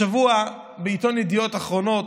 השבוע, בעיתון ידיעות אחרונות,